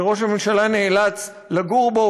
שראש הממשלה נאלץ לגור בו,